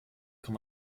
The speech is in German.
kann